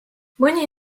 mõni